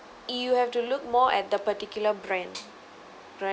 you have to look more at the particular brand like